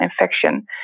infection